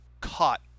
caught